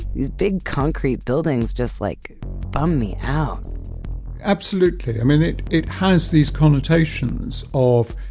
these big concrete buildings just like bummed me out absolutely. i mean it, it has these connotations of,